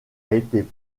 été